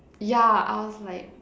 ya I was like